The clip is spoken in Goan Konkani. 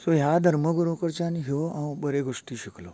सो ह्या धर्मगुरू कडच्यान ह्यो हांव बऱ्यो गोष्टी शिकलो